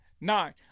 nine